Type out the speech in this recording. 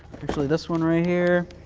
actually, this one right here,